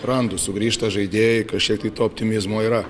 randus sugrįžta žaidėjai kažkiek tai to optimizmo yra